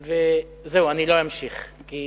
זהו, לא אמשיך, כי